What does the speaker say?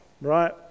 right